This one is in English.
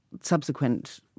subsequent